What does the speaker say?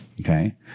okay